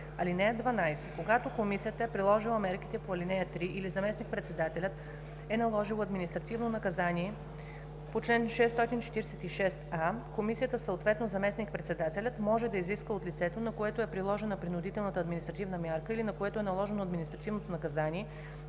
(12) Когато комисията е приложила мерките по ал. 3 или заместник-председателят е наложил административно наказание по чл. 646а, комисията, съответно заместник-председателят, може да изиска от лицето, на което е приложена принудителната административна мярка или на което е наложено административното наказание,